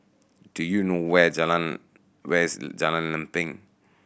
do you know where Jalan where is Jalan Lempeng